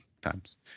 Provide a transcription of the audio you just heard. times